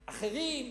אחרים.